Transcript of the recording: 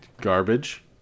Garbage